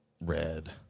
red